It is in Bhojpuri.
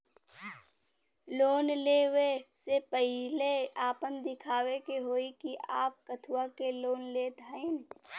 लोन ले वे से पहिले आपन दिखावे के होई कि आप कथुआ के लिए लोन लेत हईन?